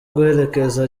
guherekeza